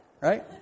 right